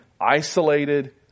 isolated